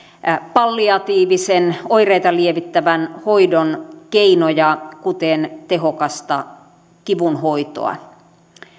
palliatiivisen oireita lievittävän hoidon keinoja kuten tehokasta kivunhoitoa